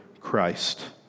Christ